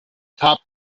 topped